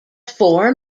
four